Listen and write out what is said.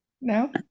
No